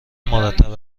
مرتب